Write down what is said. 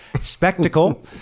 spectacle